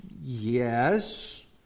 Yes